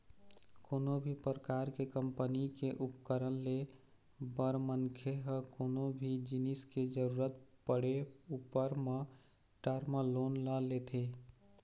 कोनो भी परकार के कंपनी के उपकरन ले बर मनखे ह कोनो भी जिनिस के जरुरत पड़े ऊपर म टर्म लोन ल लेथे